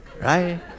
right